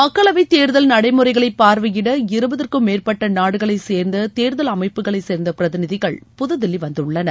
மக்களவைத் தேர்தல் நடைமுறைகளை பார்வையிட இருபதுக்கும் மேற்பட்ட நாடுகளைச்சேர்ந்த தேர்தல் அமைப்புகளை சேர்ந்த பிரதிநிதிகள் புதுதில்வி வந்துள்ளனர்